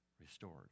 restored